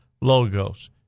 logos